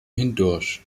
hindurch